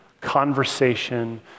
conversation